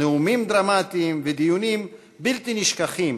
נאומים דרמטיים ודיונים בלתי נשכחים